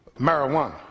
marijuana